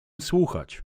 słuchać